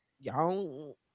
y'all